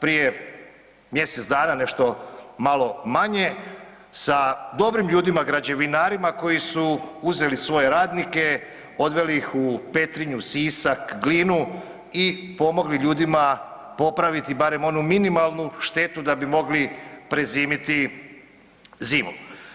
prije mjesec dana nešto malo manje sa dobrim ljudima građevinarima koji su uzeli svoje radnike, odveli ih u Petrinju, Sisak, Glinu i pomogli ljudima popraviti barem onu minimalnu štetu da bi mogli prezimiti zimu.